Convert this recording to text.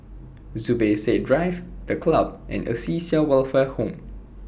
Zubir Said Drive The Club and Acacia Welfare Home